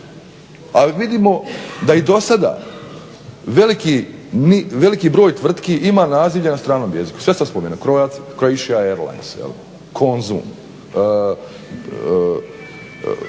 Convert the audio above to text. A vidimo da do sada veliki broj tvrtki ima nazivlje na stranom jeziku. Croatia Airlines, Konzum, dakle